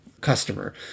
customer